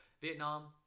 Vietnam